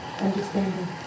Understanding